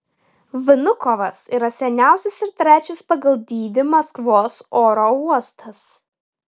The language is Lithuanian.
vnukovas yra seniausias ir trečias pagal dydį maskvos oro uostas